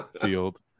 field